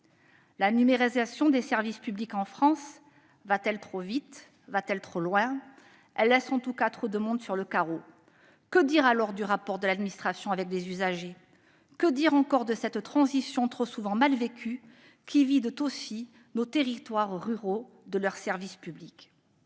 La numérisation des services publics en France va-t-elle trop vite ou trop loin ? Elle laisse, en tout cas, trop de monde sur le carreau. Que dire alors du rapport de l'administration avec les usagers ? Que dire encore de cette transition trop souvent mal vécue, qui vide nos territoires ruraux de leurs services publics ?